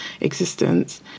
existence